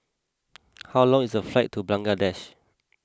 how long is the flight to Bangladesh